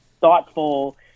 thoughtful